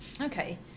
okay